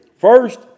First